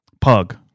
Pug